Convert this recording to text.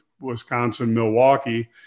Wisconsin-Milwaukee